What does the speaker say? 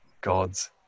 God's